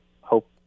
hope